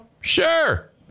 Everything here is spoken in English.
Sure